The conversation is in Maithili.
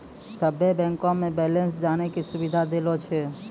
सभे बैंक मे बैलेंस जानै के सुविधा देलो छै